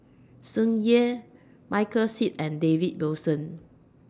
Tsung Yeh Michael Seet and David Wilson